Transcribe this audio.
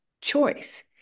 choice